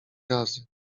razy